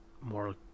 more